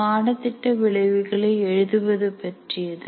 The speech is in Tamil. பாடத்திட்ட விளைவுகளை எழுதுவது பற்றியது